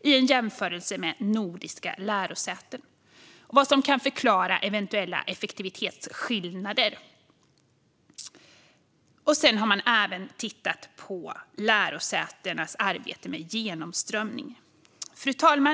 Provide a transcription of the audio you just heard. i jämförelse med nordiska lärosäten och vad som kan förklara eventuella effektivitetsskillnader. Man har även tittat på lärosätenas arbete med genomströmning. Fru talman!